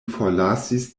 forlasis